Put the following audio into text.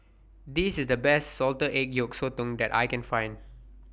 This IS The Best Salted Egg Yolk Sotong that I Can Find